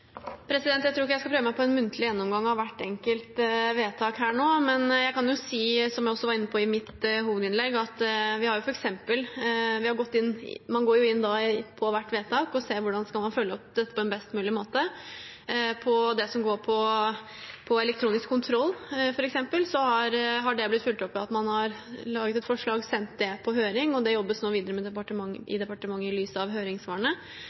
Jeg tror ikke jeg skal prøve meg på en muntlig gjennomgang av hvert enkelt vedtak her og nå, men jeg kan si, som jeg også var inne på i mitt hovedinnlegg, at man går inn på hvert vedtak og ser hvordan man skal følge det opp på best mulig måte. Det som f.eks. går på elektronisk kontroll, har blitt fulgt opp ved at man har laget et forslag, sendt det på høring, og nå jobbes det videre med det i departementet i lys av høringssvarene.